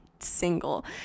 single